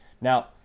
Now